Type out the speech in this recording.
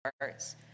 words